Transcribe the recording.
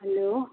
hello